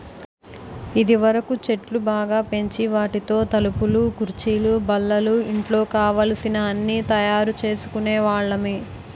ఇదివరకు చెట్లు బాగా పెంచి వాటితో తలుపులు కుర్చీలు బల్లలు ఇంట్లో కావలసిన అన్నీ తయారు చేసుకునే వాళ్ళమి